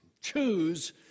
choose